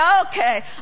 okay